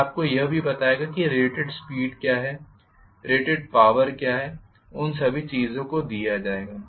यह आपको यह भी बताएगा कि रेटेड स्पीड क्या है रेटेड पॉवर क्या है उन सभी चीजों को दिया जाएगा